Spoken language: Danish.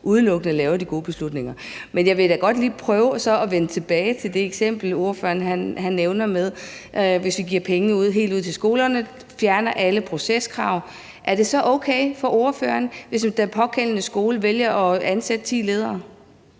udelukkende træffer de gode beslutninger. Men jeg vil da godt lige prøve at vende tilbage til det eksempel, ordføreren nævner, med at give pengene helt ud til skolerne og fjerne alle proceskrav. Er det så okay for ordføreren, hvis den pågældende skole vælger at ansætte ti ledere?